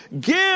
Give